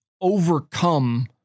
overcome